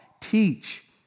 teach